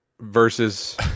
versus